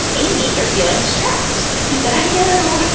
amy, you're feeling stressed. and i said, i know!